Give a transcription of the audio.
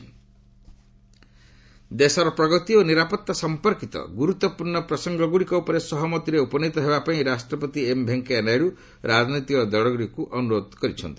VP ପାର୍ଟିକ୍ ଦେଶର ପ୍ରଗତି ଓ ନିରାପତ୍ତା ସମ୍ପର୍କିତ ଗୁରୁତ୍ୱପୂର୍ଣ୍ଣ ପ୍ରସଙ୍ଗଗୁଡ଼ିକ ଉପରେ ସହମତିରେ ଉପନୀତ ହେବାପାଇଁ ଉପରାଷ୍ଟ୍ରପତି ଏମ୍ ଭେଙ୍କିୟା ନାଇଡୁ ରାଜନୈତିକ ଦଳଗୁଡ଼ିକୁ ଅନୁରୋଧ କରିଛନ୍ତି